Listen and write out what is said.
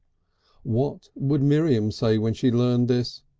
what would miriam say when she learnt this,